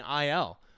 IL